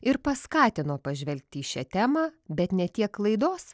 ir paskatino pažvelgti į šią temą bet ne tiek klaidos